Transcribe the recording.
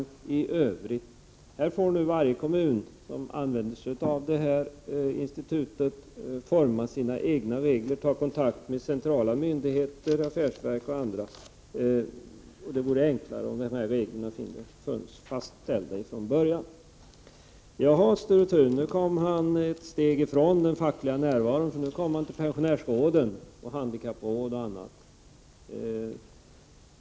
Varje kommun som använder sig av detta institut 47 får forma sina egna regler och ta kontakt med centrala myndigheter, affärsverk och andra. Det vore enkelt om reglerna var fastställda från början. Sture Thun kom ned ett steg från den fackliga närvaron och började tala om handikappråd och pensionärsråd.